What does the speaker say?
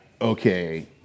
okay